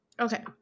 Okay